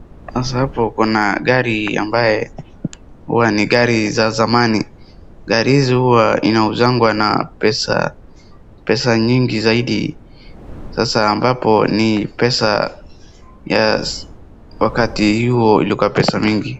Sasa hapo kuna gari ambaye huwa ni gari za zamani. Gari hizi huwa zinauzangwa na pesa nyingi zaidi. Sasa ambapo ni pesa ya wakati huo ilikuwa ni pesa mingi.